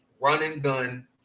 run-and-gun